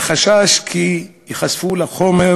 מחשש כי ייחשפו לחומר